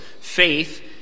faith